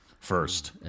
First